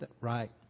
Right